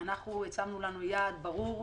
יעד ברור